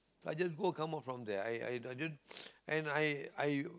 I just go come out from there I i don't and I I